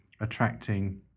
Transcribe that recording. attracting